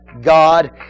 God